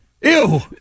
Ew